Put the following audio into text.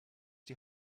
die